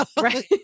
right